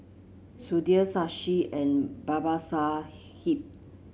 Sudhir Shashi and Babasaheb